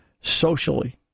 socially